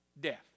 death